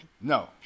No